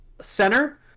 center